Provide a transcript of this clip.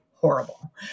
horrible